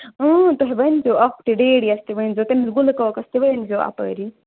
اۭں تُہۍ ؤنۍ زیو اکھ تہِ ڈیڈی یَس تہِ ؤنۍ زیو تٔمِس گُلکاکَس تہِ ؤنۍ زیو اَپٲری